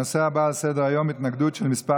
הנושא הבא על סדר-היום: התנגדות של כמה